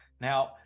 Now